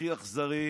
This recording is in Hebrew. הכי אכזרים